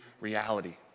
reality